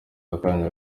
akanya